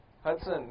Hudson